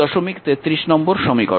এটি 233 নম্বর সমীকরণ